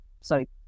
sorry